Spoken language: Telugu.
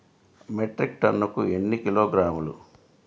మెట్రిక్ టన్నుకు ఎన్ని కిలోగ్రాములు?